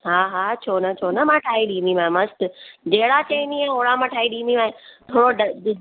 हा हा छो न छो न मां ठाहे ॾींदीमांइ मस्तु जहिड़ा चईदीअं होणा मां ठाहे ॾींदीमांइ थोरो ड डी